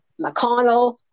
McConnell